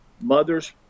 mother's